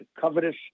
covetous